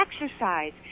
exercise